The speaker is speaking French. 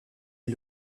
est